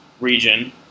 region